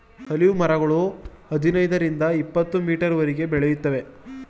olive ಮರಗಳು ಹದಿನೈದರಿಂದ ಇಪತ್ತುಮೀಟರ್ವರೆಗೆ ಬೆಳೆಯುತ್ತವೆ